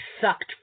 sucked